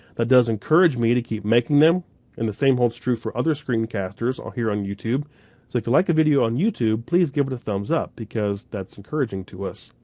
that does encourage me to keep making them and the same holds true for other screen casters ah here on youtube, so if you like a video on youtube, please give it a thumbs up because that's encouraging to us.